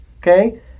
okay